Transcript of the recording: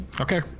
Okay